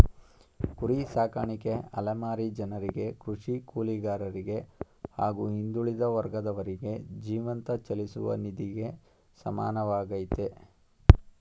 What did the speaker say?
ಕುರಿ ಸಾಕಾಣಿಕೆ ಅಲೆಮಾರಿ ಜನರಿಗೆ ಕೃಷಿ ಕೂಲಿಗಾರರಿಗೆ ಹಾಗೂ ಹಿಂದುಳಿದ ವರ್ಗದವರಿಗೆ ಜೀವಂತ ಚಲಿಸುವ ನಿಧಿಗೆ ಸಮಾನವಾಗಯ್ತೆ